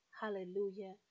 hallelujah